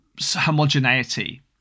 homogeneity